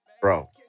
bro